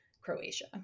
Croatia